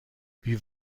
wie